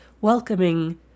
Welcoming